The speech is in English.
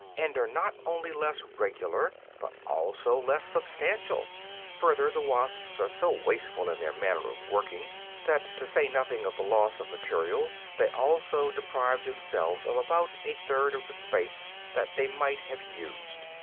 and are not only less regular, but also less substantial further, the wasps are so wasteful in their manner of working that, to say nothing of the loss of material, they also deprive themselves of about a third of the space that they might have used.